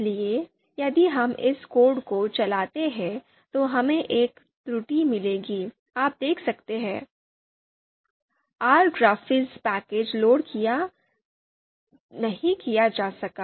इसलिए यदि हम इस कोड को चलाते हैं तो हमें एक त्रुटि मिलेगी आप देख सकते हैं Rgraphviz पैकेज लोड नहीं किया जा सका